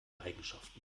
eigenschaften